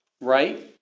Right